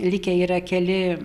likę yra keli